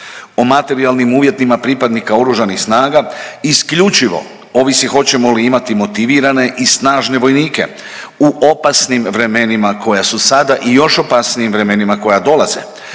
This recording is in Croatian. O materijalnim uvjetima pripadnika Oružanih snaga isključivo ovisi hoćemo li imati motivirane i snažne vojnike u opasnim vremenima koja su sada i u još opasnijim vremenima koja dolaze,